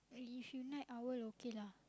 if you night owl okay lah